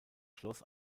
schloss